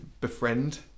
befriend